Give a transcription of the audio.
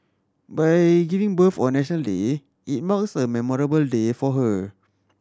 by giving birth on National Day it marks a memorable day for her